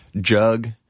jug